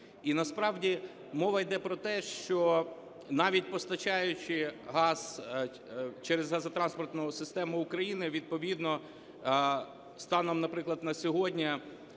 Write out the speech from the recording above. І насправді мова йде про те, що навіть постачаючи газ через газотранспортну систему України, відповідно станом, наприклад, на сьогодні